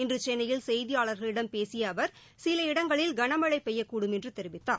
இன்று சென்னையில் செய்தியாளர்களிடம் பேசிய அவர் சில இடங்களில் கனமழை பெய்யக்கூடும் என்றும் தெரிவித்தார்